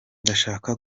ndashaka